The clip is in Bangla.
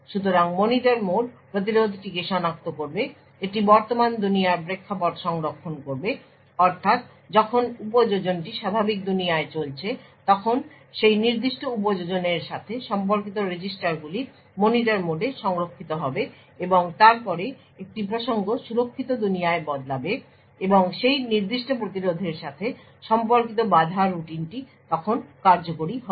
সুতরাং মনিটর মোড প্রতিরোধটিকে শনাক্ত করবে এটি বর্তমান দুনিয়ার প্রেক্ষাপট সংরক্ষণ করবে অর্থাৎ যখন উপযোজনটি স্বাভাবিক দুনিয়ায় চলছে তখন সেই নির্দিষ্ট উপযোজনের সাথে সম্পর্কিত রেজিস্টারগুলি মনিটর মোডে সংরক্ষিত হবে এবং তারপরে একটি প্রসঙ্গ সুরক্ষিত দুনিয়ায় বদলাবে এবং সেই নির্দিষ্ট প্রতিরোধের সাথে সম্পর্কিত বাধা রুটিনটি তখন কার্যকরি হবে